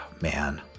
Man